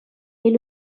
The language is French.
est